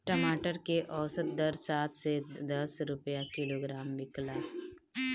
टमाटर के औसत दर सात से दस रुपया किलोग्राम बिकला?